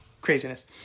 craziness